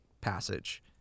passage